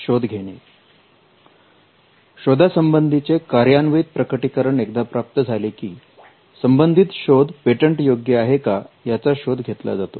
शोधासंबंधीचे कार्यान्वीत प्रकटीकरण एकदा प्राप्त झाले की संबंधित शोध पेटंट योग्य आहे का याचा शोध घेतला जातो